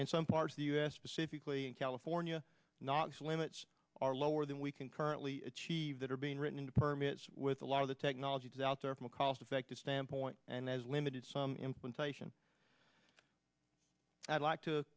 in some parts of the u s specifically in california knox limits are lower than we can currently achieve that are being written into permits with a lot of the technologies out there from a cost effective standpoint and there's limited some implantation i'd like to